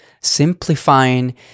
simplifying